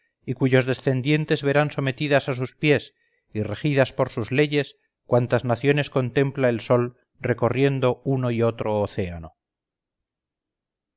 y cuyos descendientes verán sometidas a sus pies y regidas por sus leyes cuantas naciones contempla el sol recorriendo uno y otro océano